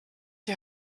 die